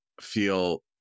feel